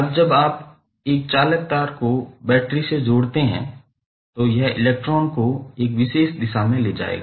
अब जब आप एक चालक तार को बैटरी से जोड़ते हैं तो यह इलेक्ट्रॉन को एक विशेष दिशा में ले जायेगा